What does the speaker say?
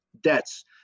debts